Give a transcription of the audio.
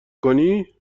کنی